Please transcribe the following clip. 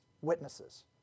witnesses